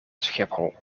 schiphol